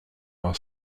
are